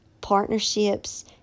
partnerships